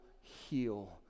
heal